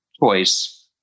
choice